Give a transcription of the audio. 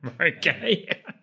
Okay